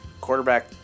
quarterback